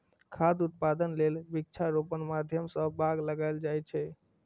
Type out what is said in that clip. खाद्य उत्पादन लेल वृक्षारोपणक माध्यम सं बाग लगाएल जाए छै